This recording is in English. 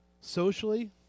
socially